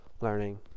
learning